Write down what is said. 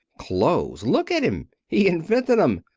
clothes! look at him. he invented em.